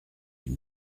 une